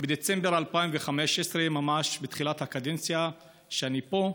בדצמבר 2015, ממש בתחילת הקדנציה שלי פה,